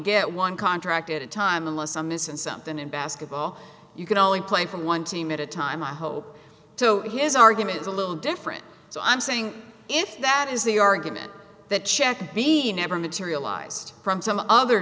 get one contract at a time unless i'm missin somethin in basketball you can only play for one team at a time i hope so him the argument is a little different so i'm saying if that is the argument that check being never materialized from some other